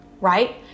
right